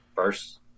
First